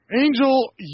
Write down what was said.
Angel